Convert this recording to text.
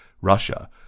Russia